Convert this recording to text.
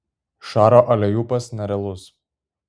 šaro aleiupas nerealus